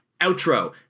outro